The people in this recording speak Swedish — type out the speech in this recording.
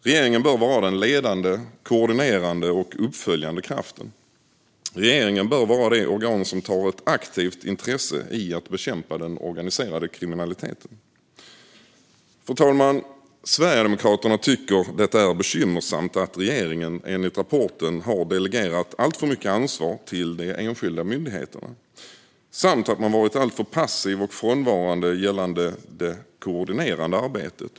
Regeringen bör vara den ledande, koordinerande och uppföljande kraften. Regeringen bör vara det organ som har ett aktivt intresse av att bekämpa den organiserade kriminaliteten. Fru talman! Sverigedemokraterna tycker att det är bekymmersamt att regeringen enligt rapporten har delegerat alltför mycket ansvar till de enskilda myndigheterna samt att man varit alltför passiv och frånvarande gällande det koordinerande arbetet.